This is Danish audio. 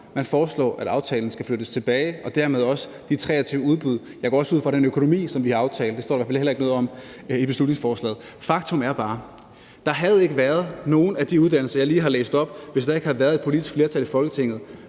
Man foreslår, at aftalen skal flyttes tilbage og dermed også de 23 udbud. Jeg går også ud fra, at det er den økonomi, som vi har aftalt. Det står der i hvert fald heller ikke noget om i beslutningsforslaget. Faktum er bare: Der havde ikke været nogen af de uddannelser, jeg lige har læst op, hvis der ikke havde været et politisk flertal i Folketinget,